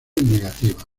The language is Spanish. negativas